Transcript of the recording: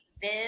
Viv